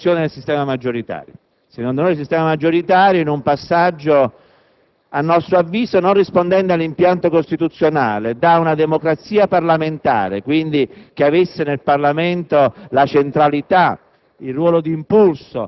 l'introduzione del sistema maggioritario. Con il sistema maggioritario, in un passaggio a nostro avviso non rispondente all'impianto costituzionale, si è passati da una democrazia parlamentare, che quindi riconosceva al Parlamento la centralità